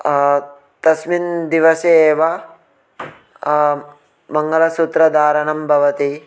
तस्मिन् दिवसे एव मङ्गलसूत्रधारणं भवति